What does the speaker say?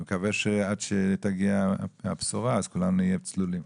אני מקווה שעד שתגיע הבשורה אז כולנו נהיה צלולים.